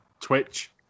Twitch